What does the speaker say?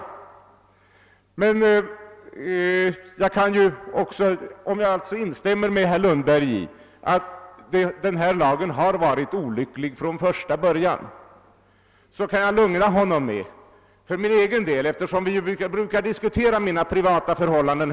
Även om jag alltså instämmer med herr Lundberg i att den här lagen har varit olycklig från första början kan jag lugna honom när det det gäller mig själv — här brukar vi ju också diskutera mina privata förhållanden!